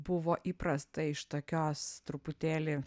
buvo įprasta iš tokios truputėlį